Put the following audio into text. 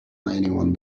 anyone